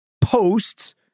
posts